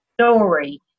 story